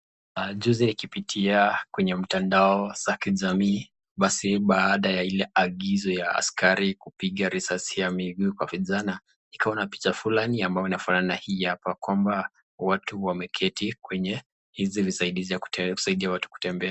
Juzi nikipitia kwenye mtandao za kijamii basi baada ya ile agizo ya askari kupiga risasi ya miguu kwa vijana, nikaona picha fulani ambayo inafanana hii hapa kwamba watu wameketi kwenye hizi visaidizi ya kusaidia watu kutembea.